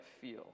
feel